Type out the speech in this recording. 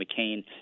McCain